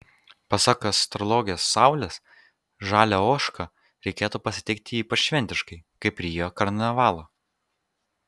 pasak astrologės saulės žalią ožką reikėtų pasitikti ypač šventiškai kaip rio karnavalą